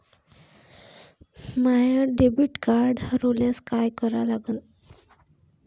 माय debit card हरोल्यास काय करा लागन?